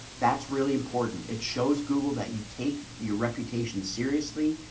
that's really important. it shows google that you take your reputation seriously.